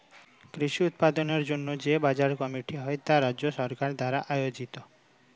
কৃষি উৎপাদনের জন্য যে বাজার কমিটি হয় তা রাজ্য সরকার দ্বারা আয়োজিত